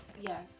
Yes